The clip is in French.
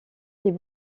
les